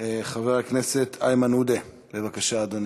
חבר הכנסת איימן עודה, בבקשה, אדוני.